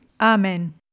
Amen